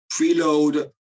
preload